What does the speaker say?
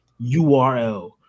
URL